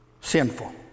sinful